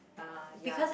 ah ya